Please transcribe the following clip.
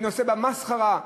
במסחרה,